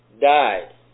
died